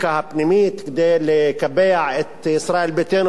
כדי לקבע את ישראל ביתנו בתוך הקואליציה.